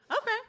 Okay